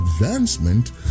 advancement